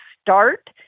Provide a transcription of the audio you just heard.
start